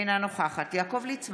אינה נוכחת יעקב ליצמן,